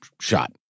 shot